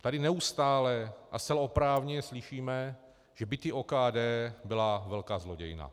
Tady neustále a zcela oprávněně slyšíme, že byty OKD byla velká zlodějna.